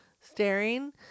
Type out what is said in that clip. staring